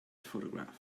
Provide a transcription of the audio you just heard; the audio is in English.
photograph